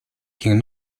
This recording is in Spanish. quien